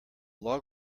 log